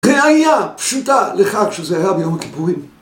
ראיה פשוטה לכך כשזה ארע ביום הכיפורים.